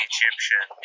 Egyptian